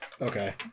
Okay